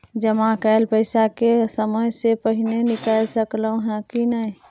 जमा कैल पैसा के समय से पहिले निकाल सकलौं ह की नय?